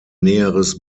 näheres